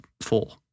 four